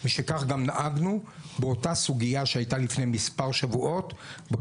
אתה